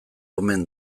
omen